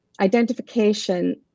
identification